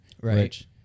right